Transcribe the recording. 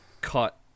cut